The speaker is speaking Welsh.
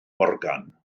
morgan